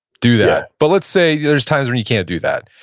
do that. but let's say there's times when you can't do that,